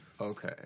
Okay